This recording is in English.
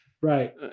Right